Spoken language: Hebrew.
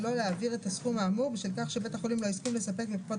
שלא להעביר את הסכום האמור בשל כך שבית החולים לא הסכים לספק לקופת